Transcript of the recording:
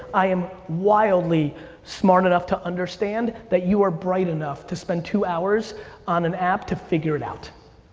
i am wildly smart enough to understand that you are bright enough to spend two hours on an app to figure it out.